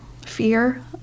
fear